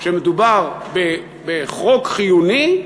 שמדובר בחוק חיוני,